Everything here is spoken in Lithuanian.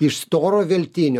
iš storo veltinio